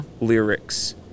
lyrics